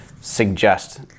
suggest